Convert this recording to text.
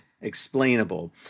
explainable